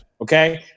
okay